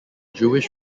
jewish